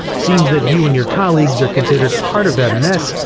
seems that you and your colleagues are considered part of that mess,